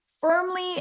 firmly